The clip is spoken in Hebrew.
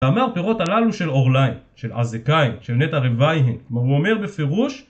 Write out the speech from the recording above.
אמר פירות הללו של אורליין, של עזקאי, של נטע רוויין, מה הוא אומר בפירוש?